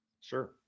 sure